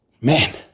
man